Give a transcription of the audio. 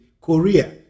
Korea